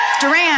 Durant